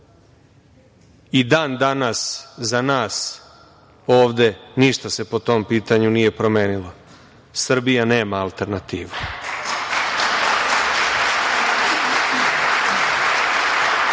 I dan-danas za nas ovde ništa se po tom pitanju nije promenilo. Srbija nema alternativu. Tako